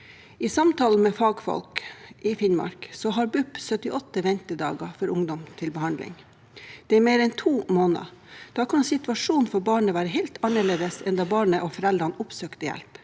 Ifølge fagfolk i Finnmark har BUP en ventetid på 78 dager for ungdom til behandling. Det er mer enn to måneder. Da kan situasjonen være helt annerledes enn da barnet og foreldrene oppsøkte hjelp.